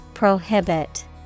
Prohibit